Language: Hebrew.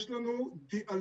יש לנו דיאלוג.